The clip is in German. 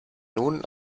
nun